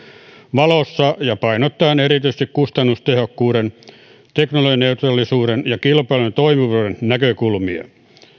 valossa ja painottaen erityisesti kustannustehokkuuden teknologianeutraalisuuden ja kilpailun toimivuuden näkökulmia